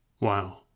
Wow